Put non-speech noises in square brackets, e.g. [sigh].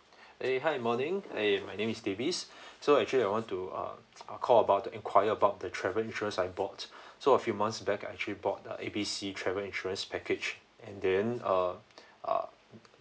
[breath] eh hi morning eh my name is davis [breath] so actually I want to uh I'll call about to enquire about the travel insurance I bought [breath] so a few months back I actually bought the A B C travel insurance package and then uh [breath] uh